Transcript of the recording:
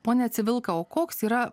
pone civilka o koks yra